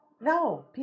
no